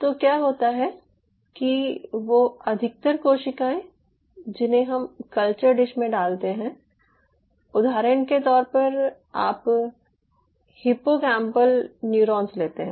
तो क्या होता है कि वो अधिकतर कोशिकायें जिन्हें हम कल्चर डिश में डालते हैं उदाहरण के तौर पर आप हिप्पोकैम्पल न्यूरॉन्स लेते हैं